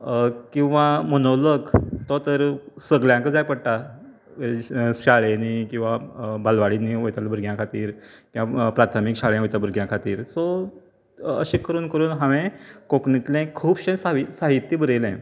किंवां मॉनोलाॅग तो तर सगल्यांक जाय पडटा हेजे शाळेनीं किंवां बालवाडीनी वयतल्या भुरग्यां खातीर प्राथमिक शाळेंत वयतल्या भुरग्यां खातीर सो अशें करून करून हांवेन कोंकणीतलें खुबशें साहित्य बरयलें